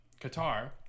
Qatar